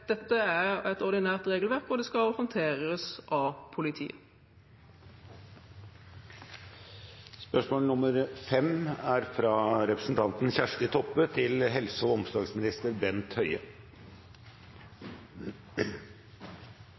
et ordinært regelverk for, og det skal håndteres av politiet. «Hepatitt C er